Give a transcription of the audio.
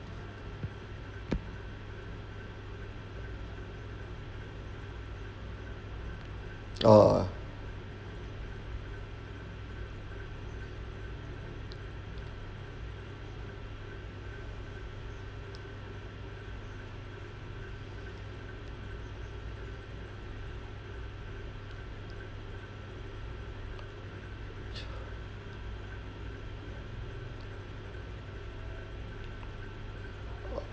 ah